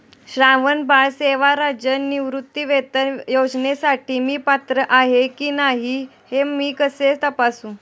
श्रावणबाळ सेवा राज्य निवृत्तीवेतन योजनेसाठी मी पात्र आहे की नाही हे मी कसे तपासू?